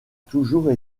toujours